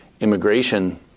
immigration